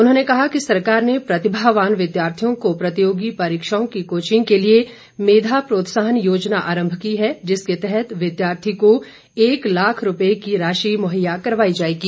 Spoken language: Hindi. उन्होंने कहा कि सरकार ने प्रतिभावान विद्यार्थियों को प्रतियोगी परीक्षाओं की कोचिंग के लिए मेधा प्रोत्साहन योजना आरम्म की है जिसके तहत विद्यार्थी को एक लाख रुपये की राशि मुहैया करवाई जाएगी